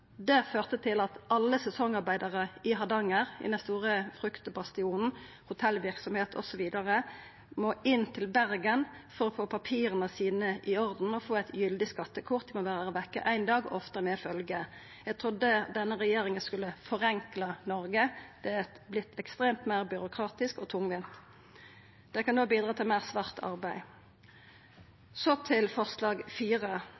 at alle sesongarbeidarar i Hardanger – i den store fruktbastionen, innan hotellverksemd osv. – dermed må inn til Bergen for å få papira sine i orden og få eit gyldig skattekort. Dei må vera vekke éin dag, ofte med følgje. Eg trudde denne regjeringa skulle forenkla Noreg. Det er vorte ekstremt meir byråkratisk og tungvint og kan òg bidra til meir svart